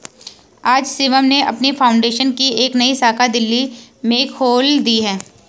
आज शिवम ने अपनी फाउंडेशन की एक नई शाखा दिल्ली में खोल दी है